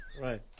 Right